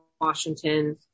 Washington